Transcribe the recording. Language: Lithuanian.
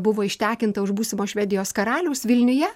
buvo ištekinta už būsimo švedijos karaliaus vilniuje